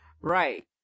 right